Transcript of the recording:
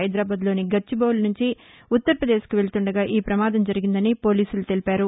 హైదరాబాద్ లోని గచ్చిబౌలి నుంచి ఉత్తర ప్రదేశ్కు వెళుతుండగా ఈ ప్రమాదం జరిగిందని పోలీసులు తెలిపారు